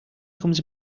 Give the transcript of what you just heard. comes